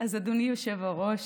אדוני היושב-ראש,